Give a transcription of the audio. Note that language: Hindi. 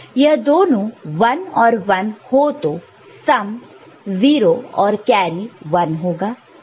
यह दोनों 1 और 1 है तो सम 0 और कैरी 1 होगा